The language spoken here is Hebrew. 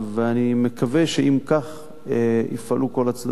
ואני מקווה שאם כך יפעלו כל הצדדים,